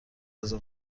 غذا